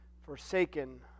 Forsaken